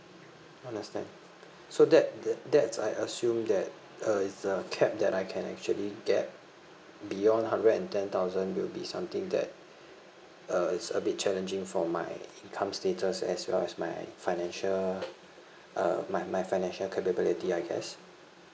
understand so that that that's I assume that uh it's a cap that I can actually get beyond hundred and ten thousand will be something that uh is a bit challenging for my income status as well as my financial uh my my financial capability I guess